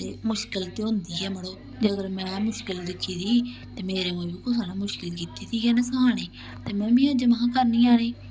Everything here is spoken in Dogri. ते मुश्कल ते होंदी गै मड़ो जेकर में मुश्कल दिक्खी दी ही ते मेरे लेई बी कुसा ने मुश्कल कीती गै न सखाने ते में बी महां अज्ज करनी आं